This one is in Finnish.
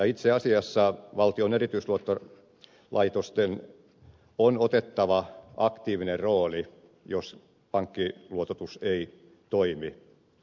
itse asiassa valtion erityisluottolaitosten on otettava aktiivinen rooli jos pankkiluototus ei toimi